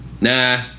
Nah